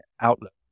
outlook